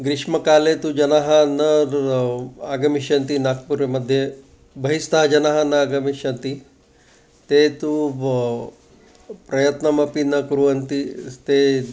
ग्रीष्मकाले तु जनाः न आगमिष्यन्ति नागपुरमध्ये बहिस्तः जनाः न आगमिष्यन्ति ते तु प्रयत्नमपि न कुर्वन्ति ते